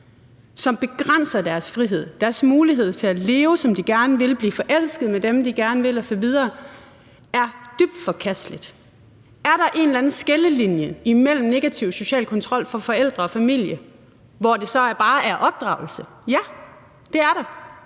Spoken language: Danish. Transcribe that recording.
som begrænser deres frihed, deres mulighed for at leve, som de gerne vil, blive forelsket i dem, de gerne vil osv., er dybt forkasteligt. Er der en eller anden skillelinje imellem negativ social kontrol fra forældre og familie, hvor det så bare er opdragelse? Ja, det er der,